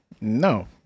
No